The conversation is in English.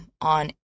on